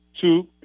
Two